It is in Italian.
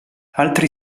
altri